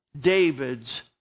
David's